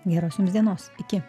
geros jums dienos iki